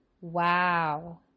Wow